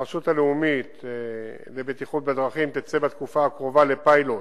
הרשות הלאומית לבטיחות בדרכים תצא בתקופה הקרובה בפיילוט